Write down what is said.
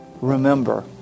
Remember